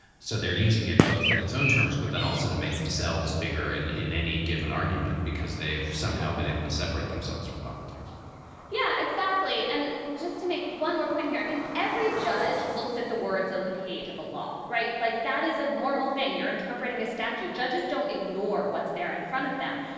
so they're using it both in its own terms, but then also to make themselves bigger and in any given argument because they've somehow been able to separate themselves from politics yeah. exactly. and just to make one more point here, i mean, every judge looks at the words on the page of a law. right. like that is a normal thing. you're interpreting a statute. judges don't ignore what's there in front of them.